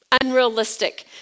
unrealistic